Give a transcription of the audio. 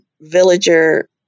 villager